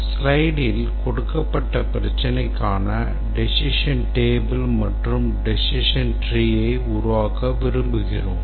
ஸ்லைடில் கொடுக்கப்பட்ட பிரச்சினைக்கான decision table மற்றும் decision tree உருவாக்க விரும்புகிறோம்